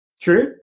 True